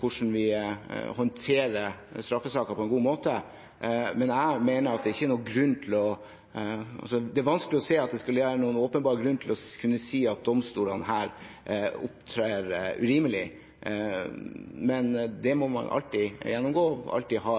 hvordan vi håndterer straffesaker på en god måte, men jeg mener at det er vanskelig å se at det skulle være noen åpenbar grunn til å kunne si at domstolene her opptrer urimelig. Men det må man alltid gjennomgå, man må alltid ha